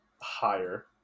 higher